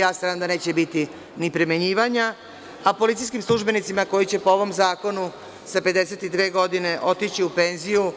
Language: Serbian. Nadam da neće biti ni primenjivanja, a policijskim službenicima koji će po ovom zakonu sa 52 godine otići u penziju